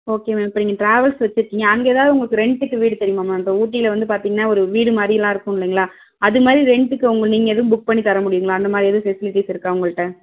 okay ma'am இப்போ நீங்கள் travels வச்சிருக்கிங்க அங்கே எதாவது உங்களுக்கு ரெண்ட்டுக்கு வீடு தெரியுமா மேம் இப்போ ஊட்டியில வந்து பாத்திங்கனா ஒரு வீடு மாதிரியிலாம் இருக்கும் இல்லைங்களா அது மாதிரி ரெண்ட்டுக்கு உங்கள் நீங்கள் எதுவும் புக் பண்ணி தர முடியுங்களா அது மாதிரி எதுவும் ஃபெஸ்லிட்டிஸ் இருக்கா உங்கள்கிட்ட